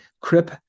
Crip